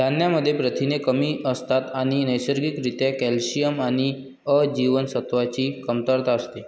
धान्यांमध्ये प्रथिने कमी असतात आणि नैसर्गिक रित्या कॅल्शियम आणि अ जीवनसत्वाची कमतरता असते